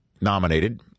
nominated